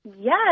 Yes